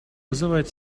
вызывает